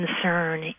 concern